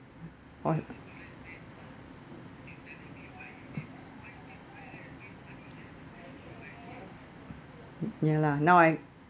or ya lah now I